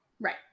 Right